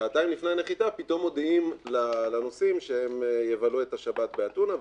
ושעתיים לפני הנחיתה פתאום מודיעים לנוסעים שהם יבלו את השבת באתונה,